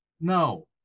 no